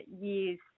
years